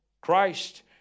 Christ